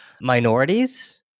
minorities